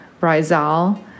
Rizal